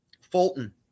Fulton